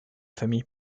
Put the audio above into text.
famille